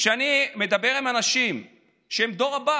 כשאני מדבר עם אנשים שהם הדור הבא,